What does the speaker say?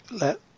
let